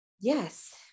Yes